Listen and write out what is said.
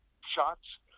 shots